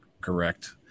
correct